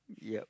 yup